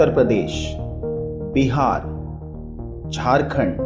ah pradesh bihar jharkhand